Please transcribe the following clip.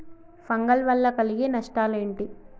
Fungal వల్ల కలిగే నష్టలేంటి?